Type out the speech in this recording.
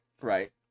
Right